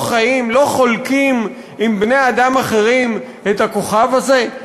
חולקים עם בני-אדם אחרים את הכוכב הזה?